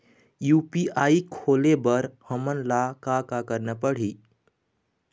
UPI खोले बर हमन ला का का करना पड़ही?